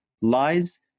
lies